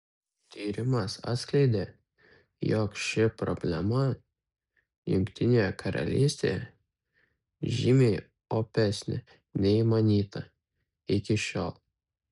tyrimas atskleidė jog ši problema jungtinėje karalystė žymiai opesnė nei manyta iki šiol